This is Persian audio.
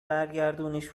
برگردونیش